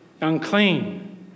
unclean